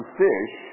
fish